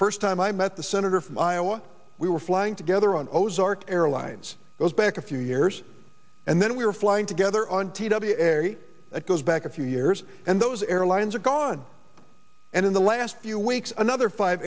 first time i met the senator from iowa we were flying together on ozark airlines goes back a few years and then we were flying together on t w a ery it goes back a few years and those airlines are gone and in the last few weeks another five